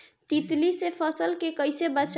तितली से फसल के कइसे बचाई?